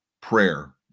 prayer